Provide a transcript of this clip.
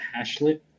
hashlet